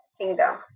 Kingdom